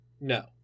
No